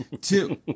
Two